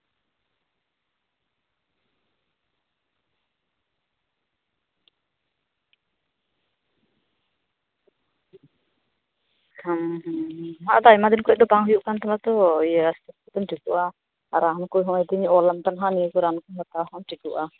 ᱦᱩᱸ ᱦᱩᱸ ᱦᱩᱸ ᱟᱫᱚ ᱟᱭᱢᱟ ᱫᱤᱱ ᱠᱷᱚᱱ ᱫᱚ ᱵᱟᱝ ᱦᱩᱭᱩᱜ ᱠᱟᱱ ᱛᱟᱢᱟ ᱛᱚ ᱟᱫᱚ ᱟᱥᱛᱮᱼᱟᱞᱛᱮᱢ ᱴᱷᱤᱠᱚᱜᱼᱟ ᱨᱟᱱ ᱠᱚ ᱱᱚᱜᱼᱚᱭ ᱛᱩᱧ ᱚᱞᱟᱢ ᱠᱟᱱᱟ ᱟᱫᱚ ᱦᱟᱸᱜ ᱮᱢ ᱴᱷᱤᱠᱚᱜᱼᱟ